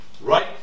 right